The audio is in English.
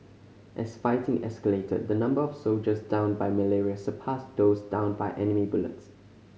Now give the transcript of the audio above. as fighting escalated the number of soldiers downed by malaria surpassed those downed by enemy bullets